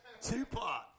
Tupac